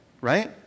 right